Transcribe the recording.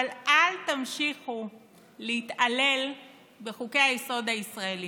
אבל אל תמשיכו להתעלל בחוקי-היסוד הישראליים.